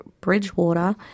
Bridgewater